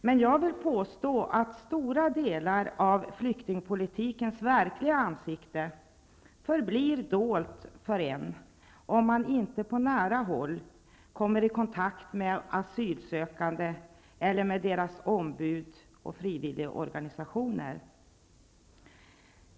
Men jag vill påstå att stora delar av flyktingpolitikens verkliga ansikte förblir dolt för en, om man inte på nära håll kommer i kontakt med de asylsökande eller med deras ombud och frivilligorganisationer.